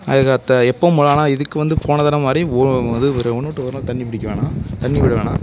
அதுக்கு அடுத்த எப்பவும் போல ஆனால் இதுக்கு வந்து போன தடவை மாதிரி ஒரு ஒன்னுவிட்டு ஒரு நாள் தண்ணி பிடிக்க வேணாம் தண்ணி விட வேணாம்